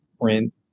print